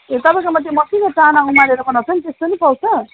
ए तपाईँकोमा त्यो मसिनो चाना उमारेर बनाउँछ नि त्यस्तो नि पाउँछ